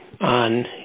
on